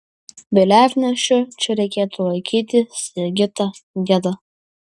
vėliavnešiu čia reikėtų laikyti sigitą gedą